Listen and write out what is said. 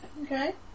Okay